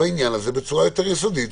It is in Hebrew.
בעניין הזה יותר ביסודית,